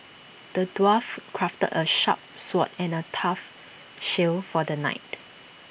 the dwarf crafted A sharp sword and A tough shield for the knight